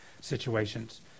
situations